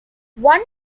one